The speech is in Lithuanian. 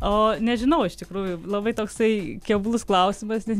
o nežinau iš tikrųjų labai toksai keblus klausimas nes